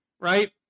right